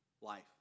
life